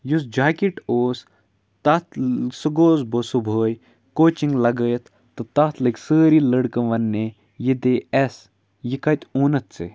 یُس جاکٮ۪ٹ اوس تَتھ سُہ گووس بہٕ صُبحٲے کوچِنٛگ لگٲیِتھ تہٕ تَتھ لٔگۍ سٲری لٔڑکہٕ وَننہِ یہِ دے اٮ۪س یہِ کَتہِ اوٚنُتھ ژےٚ